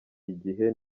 igihe